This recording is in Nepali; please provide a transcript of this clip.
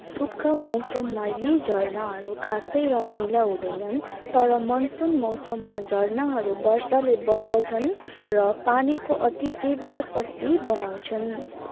सुक्खा मौसममा यी झर्नाहरू खासै रमाइला हुँदैनन् तर मनसुन मौसममा झर्नाहरू वर्षाले बढ्दछन् र पानीको अति तीव्र शक्ति बनाउँछन्